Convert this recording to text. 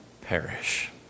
perish